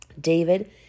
David